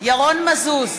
ירון מזוז,